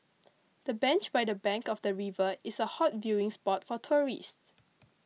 the bench by the bank of the river is a hot viewing spot for tourists